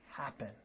happen